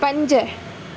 पंज